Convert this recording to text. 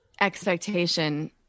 expectation